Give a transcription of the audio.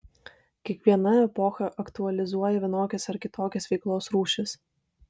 kiekviena epocha aktualizuoja vienokias arba kitokias veiklos rūšis